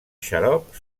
xarop